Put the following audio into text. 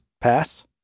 pass